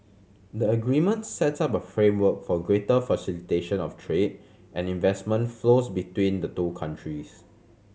the agreement sets up a framework for greater facilitation of trade and investment flows between the two countries